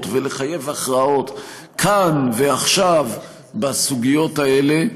ולחייב הכרעות כאן ועכשיו בסוגיות האלה,